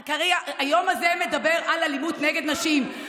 היום הזה מדבר על אלימות נגד נשים,